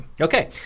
Okay